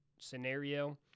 scenario